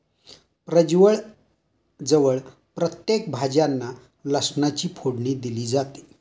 प्रजवळ जवळ प्रत्येक भाज्यांना लसणाची फोडणी दिली जाते